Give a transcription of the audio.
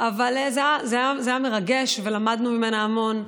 אבל זה היה מרגש, ולמדנו ממנה המון,